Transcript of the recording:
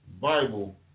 Bible